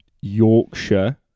Yorkshire